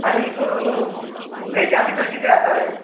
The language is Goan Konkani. आनीक वेजा भितर कितें आसा रे